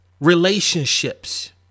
relationships